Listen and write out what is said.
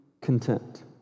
content